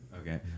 okay